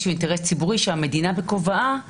שהוא אינטרס ציבורי שהמדינה בכובעה כמדינה,